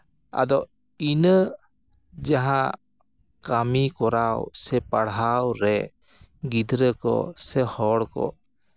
ᱟᱫᱚ ᱤᱱᱟᱹ ᱡᱟᱦᱟᱸ ᱠᱟᱹᱢᱤ ᱠᱚᱨᱟᱣ ᱥᱮ ᱯᱟᱲᱦᱟᱣ ᱨᱮ ᱜᱤᱫᱽᱨᱟᱹ ᱠᱚ ᱥᱮ ᱦᱚᱲ ᱠᱚ